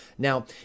Now